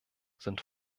sind